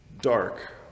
dark